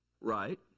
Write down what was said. Right